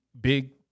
big